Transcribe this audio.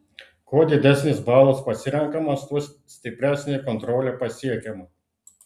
kuo didesnis balas pasirenkamas tuo stipresnė kontrolė pasiekiama